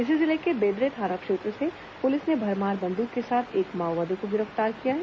इसी जिले के बेदरे थाना क्षेत्र से पुलिस ने भरमार बंद्रक के साथ एक माओवादी को गिरफ्तार किया है